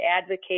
advocate